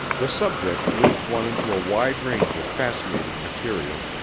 the subject leads one into a wide range of fascinating material,